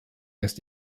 lässt